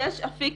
יש אפיק